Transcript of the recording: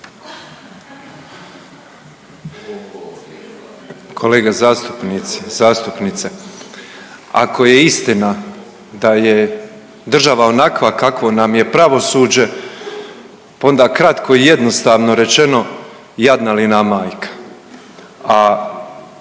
zastupnice. Ako je istina da je država onakvo kakvo nam je pravosuđe, pa onda kratko i jednostavno rečeno, jadna li nam majka.